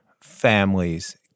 families